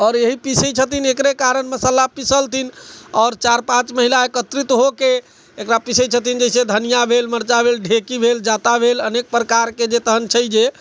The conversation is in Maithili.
आओर इएह पिसै छथिन एकरे कारण मशाला पिसलथिन आओर चारि पाँच महिला एकत्रित होके एकरा पिसैत छथिन जेना धनिया भेल मर्चा भेल ढेकी भेल जाँता भेल अनेक प्रकारके जे तहन छै जे